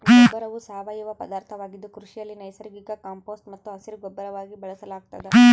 ಗೊಬ್ಬರವು ಸಾವಯವ ಪದಾರ್ಥವಾಗಿದ್ದು ಕೃಷಿಯಲ್ಲಿ ನೈಸರ್ಗಿಕ ಕಾಂಪೋಸ್ಟ್ ಮತ್ತು ಹಸಿರುಗೊಬ್ಬರವಾಗಿ ಬಳಸಲಾಗ್ತದ